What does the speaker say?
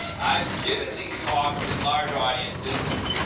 um i've given these talks in large audiences and